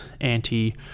anti